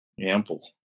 Ample